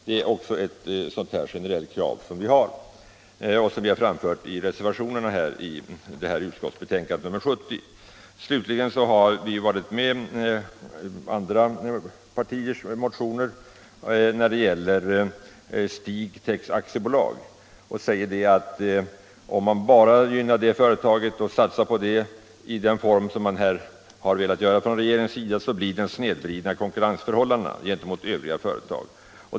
Det är ett krav som vi har framfört i reservation nr 9. Slutligen har vi stött andra partiers motioner när det gäller Stigtex AB. Om man gynnar det företaget i den form som regeringen har velat göra så blir det en snedvridning av konkurrensförhållandena gentemot övriga företag.